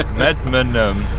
medmenham.